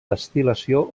destil·lació